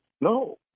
No